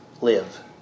live